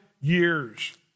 years